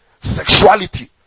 sexuality